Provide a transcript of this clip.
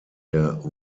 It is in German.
der